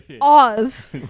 Oz